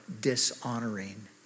dishonoring